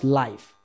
life